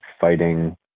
fighting